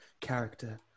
character